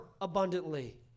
abundantly